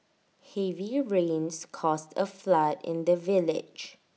heavy rains caused A flood in the village